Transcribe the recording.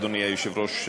גברתי היושבת-ראש,